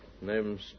Name's